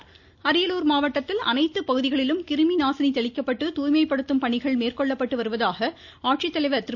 அரியலூர் குன்னூர் அரியலூர் மாவட்டத்தில் அனைத்து பகுதிகளிலும் கிருமி நாசினி தெளிக்கப்பட்டு துாய்மைப்படுத்தும் பணிகள் மேற்கொள்ளப்பட்டு வருவதாக ஆட்சித்தலைவர் திரு